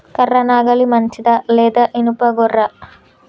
కర్ర నాగలి మంచిదా లేదా? ఇనుప గొర్ర?